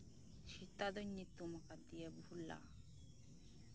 ᱥᱮᱛᱟ ᱫᱚᱧ ᱧᱩᱛᱩᱢ ᱠᱟᱫᱮᱭᱟ ᱵᱷᱩᱞᱟ